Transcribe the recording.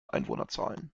einwohnerzahlen